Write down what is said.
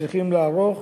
שצריכים לערוך,